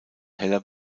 heller